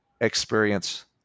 experience